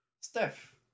Steph